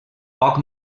poc